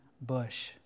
bush